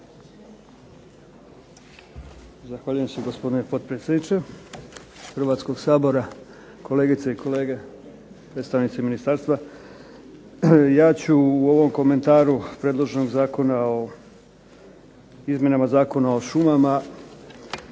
Zahvaljujem se gospodine potpredsjedniče Hrvatskog sabora, kolegice i kolege, predstavnici ministarstva. Ja ću u ovom komentaru predloženog Zakona o izmjenama Zakona o šumama